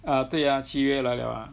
啊对啊七月来了啊